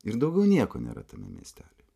ir daugiau nieko nėra tame miestely